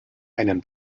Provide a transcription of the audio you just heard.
einen